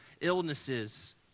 illnesses